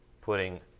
putting